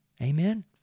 Amen